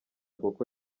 kuko